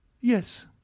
yes